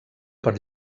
per